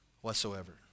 Whatsoever